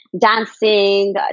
dancing